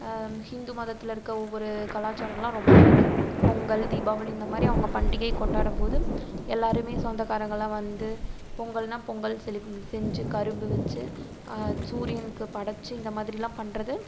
ஹிந்து மதத்தில் இருக்கற ஒவ்வொரு கலாச்சாரமெலாம் ரொம்ப பிடிக்கும் பொங்கல் தீபாவளி இந்த மாதிரி அவங்க பண்டிகை கொண்டாடும்போது எல்லோரையுமே சொந்தக்காரங்களெலாம் வந்து பொங்கல்னால் பொங்கல் செலிப் செஞ்சு கரும்பு வெச்சு சூரியனுக்குப் படைச்சு இந்த மாதிரிலாம் பண்ணுறது